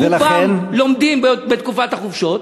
רובם לומדים בתקופת החופשות,